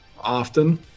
often